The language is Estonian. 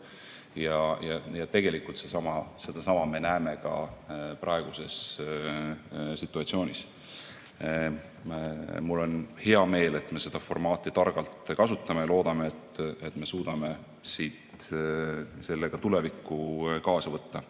Ja sedasama me näeme ka praeguses situatsioonis. Mul on hea meel, et me seda formaati targalt kasutame. Loodame, et me suudame siit selle ka tulevikku kaasa võtta,